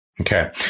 Okay